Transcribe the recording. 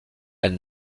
elle